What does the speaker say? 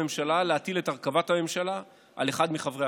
הממשלה להטיל את הרכבת הממשלה על אחד מחברי